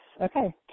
Okay